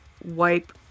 wipe